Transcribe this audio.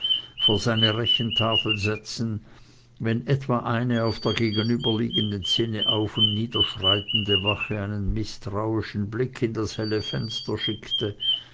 vor seine rechentafel setzen wenn etwa eine auf der gegenüberliegenden zinne auf und nieder schreitende wache einen mißtrauischen blick in das helle fenster schickte